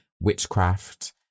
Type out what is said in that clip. witchcraft